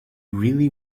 really